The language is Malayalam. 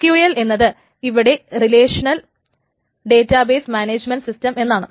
SQL എന്നത് ഇവിടെ റിലേഷണൽ ഡേറ്റാബേസ് മാനേജ്മെന്റ് സിസ്റ്റം എന്നാണ്